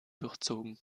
durchzogen